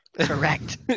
Correct